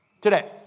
today